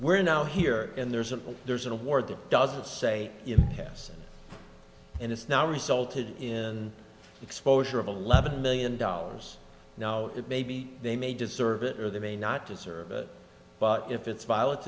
we're now here and there's a there's an award that doesn't say yes and it's now resulted in exposure of eleven million dollars now it may be they may deserve it or they may not deserve it but if it's violet